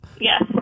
Yes